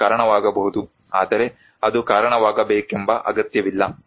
ಅದು ಕಾರಣವಾಗಬಹುದು ಆದರೆ ಅದು ಕಾರಣವಾಗಬೇಕೆಂಬ ಅಗತ್ಯವಿಲ್ಲ